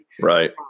Right